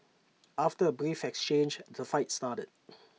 after A brief exchange the fight started